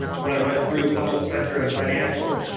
when i went through public sector and financials.